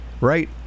right